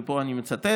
ופה אני מצטט,